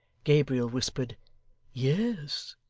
gabriel whispered yes,